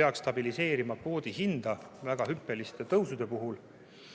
peaks stabiliseerima kvoodihinda väga hüppeliste tõusude puhul.